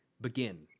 begin